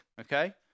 okay